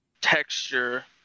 texture